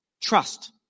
trust